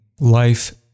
life